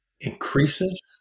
increases